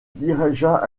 dirigea